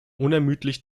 unermüdlich